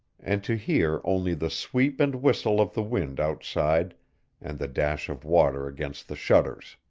and to hear only the sweep and whistle of the wind outside and the dash of water against the shutters.